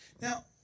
Now